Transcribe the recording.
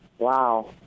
Wow